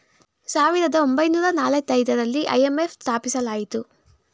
ಸಾವಿರದ ಒಂಬೈನೂರ ನಾಲತೈದರಲ್ಲಿ ಐ.ಎಂ.ಎಫ್ ಸ್ಥಾಪಿಸಲಾಯಿತು